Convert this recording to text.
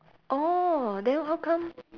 orh then how come